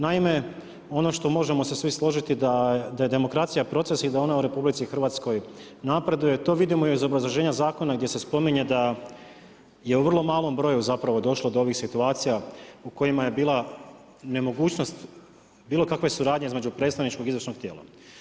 Naime, ono što možemo se svi složiti da je demokracija proces i da ona u RH napreduje, to vidimo iz obrazloženja zakona gdje se spominje da je u vrlo malom broju zapravo došlo do ovih situacija u kojima je bila nemogućnost bilokakve suradnje između predstavničkog i izvršnog tijela.